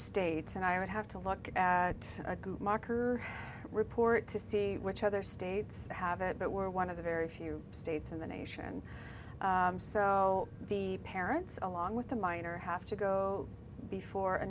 states and i would have to look at a marker report to see which other states have it but we're one of the very few states in the nation so the parents along with the minor have to go before a